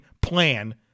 plan